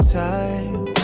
time